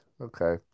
Okay